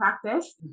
practice